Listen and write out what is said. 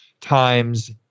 times